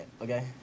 Okay